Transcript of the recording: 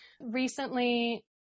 Recently